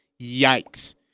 Yikes